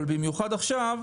אבל במיוחד עכשיו,